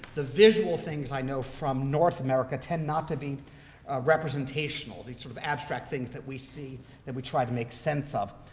the visual things i know from north america tend not to be representational, these sort of abstract things that we see that we try to make sense of.